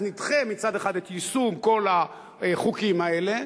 אז נדחה מצד אחד את יישום כל החוקים האלה,